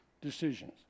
decisions